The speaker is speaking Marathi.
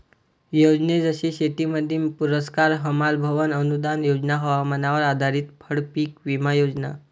योजने जसे शेतीमित्र पुरस्कार, हमाल भवन अनूदान योजना, हवामानावर आधारित फळपीक विमा योजना